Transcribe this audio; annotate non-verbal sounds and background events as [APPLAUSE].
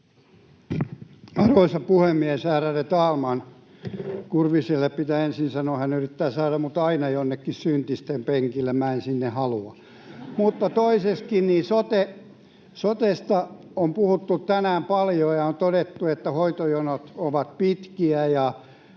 Arvoisa puhemies, ärade talman! Kurviselle pitää ensin sanoa, kun hän yrittää saada minut aina jonnekin syntisten penkille, että en sinne halua. [LAUGHS] Mutta toiseksi: Sotesta on puhuttu tänään paljon, ja on todettu, että hoitojonot ovat pitkiä